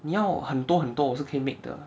你要很多很多我是 can make 的